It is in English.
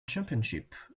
championship